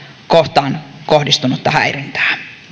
kohtaan kohdistunutta häirintää